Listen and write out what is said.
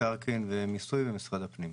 מקרקעין ומיסוי במשרד הפנים.